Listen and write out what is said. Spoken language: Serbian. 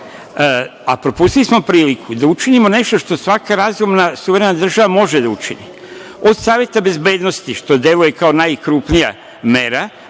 Propustili smo priliku da učinimo nešto što svaka razumna suverena država može da učini, od Saveta bezbednosti, što deluje kao najkrupnija mera,